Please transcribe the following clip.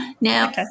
Now